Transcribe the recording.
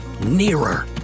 nearer